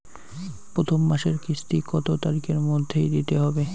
প্রথম মাসের কিস্তি কত তারিখের মধ্যেই দিতে হবে?